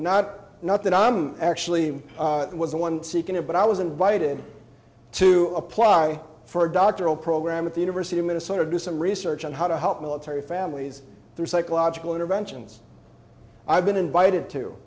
not not that i'm actually was the one seeking it but i was invited to apply for a doctoral program at the university of minnesota to do some research on how to help military families through psychological interventions i've been invited to